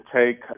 take